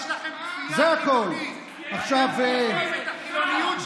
יש לכם כפייה חילונית,